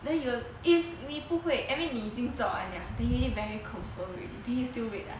and then if 你不会 I mean 你已经做完了 then he very confirm already then he still wait ah